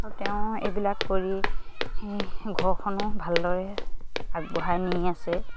আৰু তেওঁ এইবিলাক কৰি ঘৰখনো ভালদৰে আগবঢ়াই নি আছে